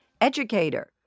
educator